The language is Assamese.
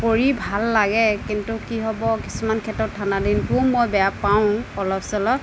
কৰি ভাল লাগে কিন্তু কি হ'ব কিছুমান ক্ষেত্ৰত ঠাণ্ডাদিনটোও মই বেয়া পাওঁ অলপ চলপ